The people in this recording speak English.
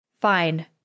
Fine